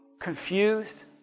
confused